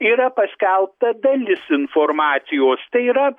yra paskelbta dalis informacijos tai yra